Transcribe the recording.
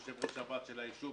יושב-ראש ועד היישוב,